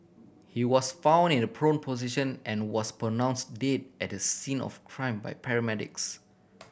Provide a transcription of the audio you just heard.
he was found in a prone position and was pronounce dead at the scene of crime by paramedics